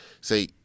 say